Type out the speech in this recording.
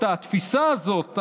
את התפיסה הזאת,